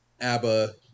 Abba